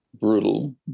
brutal